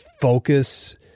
focus